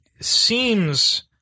seems